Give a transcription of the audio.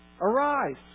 Arise